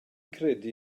credu